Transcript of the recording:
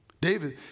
David